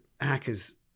hackers